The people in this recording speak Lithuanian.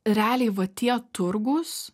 realiai va tie turgūs